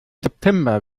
september